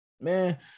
man